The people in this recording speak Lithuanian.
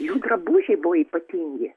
jų drabužiai buvo ypatingi